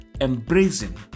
embracing